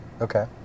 Okay